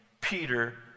Peter